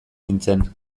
nintzen